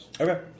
Okay